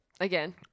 again